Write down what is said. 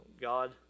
God